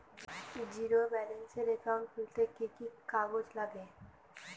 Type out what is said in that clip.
Zero ব্যালেন্সের account খুলতে কি কি কাগজ লাগবে?